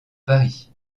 paris